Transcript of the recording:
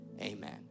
amen